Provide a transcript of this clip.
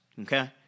okay